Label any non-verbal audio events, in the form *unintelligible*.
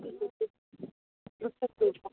*unintelligible*